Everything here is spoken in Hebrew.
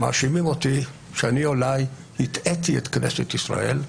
מאשימים אותי שאני אולי הטעיתי את כנסת ישראל,